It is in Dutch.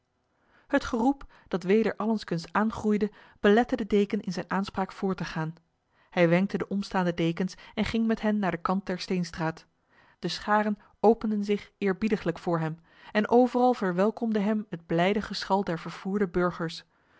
het geroep dat weder allengskens aangroeide belette de deken in zijn aanspraak voort te gaan hij wenkte de omstaande dekens en ging met hen naar de kant der steenstraat de scharen openden zich eerbiediglijk voor hem en overal verwelkomde hem het blijde geschal der vervoerde burgers